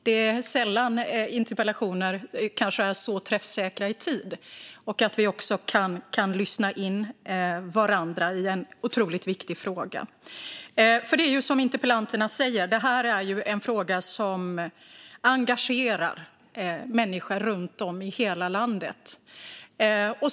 Det är sällan interpellationer är så träffsäkra i tid så att vi kan lyssna in varandra i en otroligt viktig fråga. Som interpellanterna säger är detta en fråga som engagerar människor runt om i hela landet.